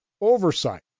oversight